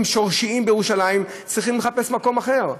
שורשיים בירושלים צריכים לחפש מקום אחר.